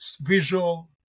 visual